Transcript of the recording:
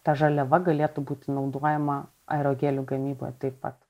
ta žaliava galėtų būti naudojama aerogelių gamyboj taip pat